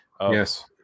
yes